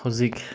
ꯍꯧꯖꯤꯛ